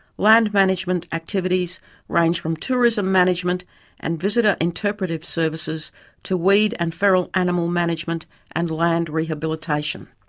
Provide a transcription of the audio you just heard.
land management activities range from tourism management and visitor interpretative services to weed and feral animal management and land rehabilitation.